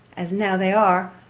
as now they are,